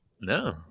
No